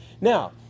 Now